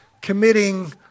committing